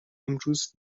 امروز